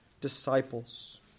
disciples